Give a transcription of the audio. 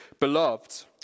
Beloved